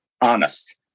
honest